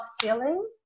feeling